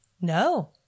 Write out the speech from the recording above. No